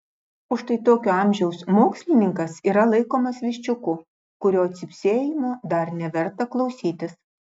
o štai tokio amžiaus mokslininkas yra laikomas viščiuku kurio cypsėjimo dar neverta klausytis